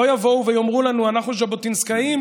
לא יבואו ויאמרו לנו: אנחנו ז'בוטינסקאים,